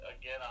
again